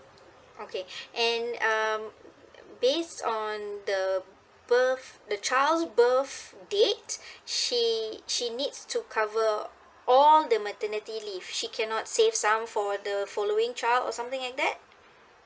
okay and um based on the birth the child's birth date she she needs to cover all the maternity leave she cannot save some for the following child or something like that